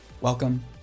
Welcome